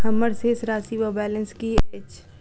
हम्मर शेष राशि वा बैलेंस की अछि?